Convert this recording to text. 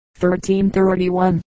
1331